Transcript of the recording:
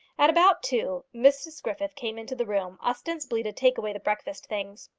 at about two mrs griffith came into the room, ostensibly to take away the breakfast things.